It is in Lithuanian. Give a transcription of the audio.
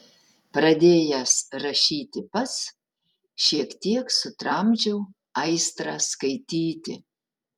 pradėjęs rašyti pats šiek tiek sutramdžiau aistrą skaityti